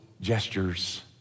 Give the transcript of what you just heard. gestures